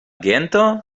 gento